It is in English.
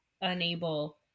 unable